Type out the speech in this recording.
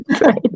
right